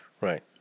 Right